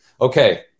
Okay